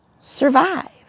survive